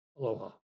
Aloha